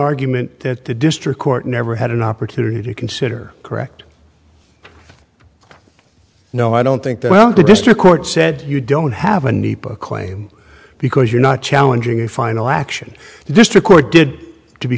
argument that the district court never had an opportunity to consider correct no i don't think that well the district court said you don't have a need a claim because you're not challenging a final action just a court did to be